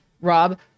Rob